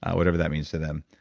whatever that means to them.